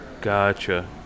Gotcha